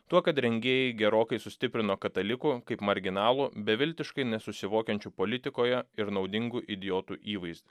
tuo kad rengėjai gerokai sustiprino katalikų kaip marginalų beviltiškai nesusivokiančių politikoje ir naudingų idiotų įvaizdį